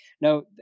Now